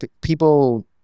people